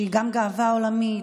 שהיא גם גאווה עולמית,